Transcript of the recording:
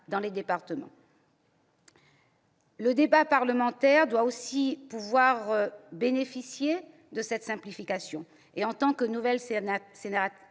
dans les départements. Le débat parlementaire doit aussi bénéficier de cette simplification. En tant que nouvelle sénatrice,